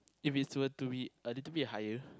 if it's were to be a little bit higher